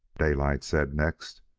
daylight said next.